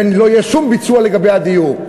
ולא יהיה שום ביצוע לגבי הדיור.